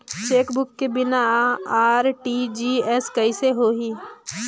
Chequebook के बिना RTGS कइसे होही?